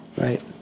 Right